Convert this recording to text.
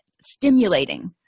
stimulating